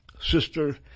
Sister